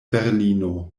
berlino